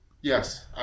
yes